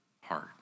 heart